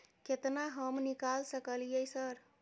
केतना हम निकाल सकलियै सर?